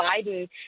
Biden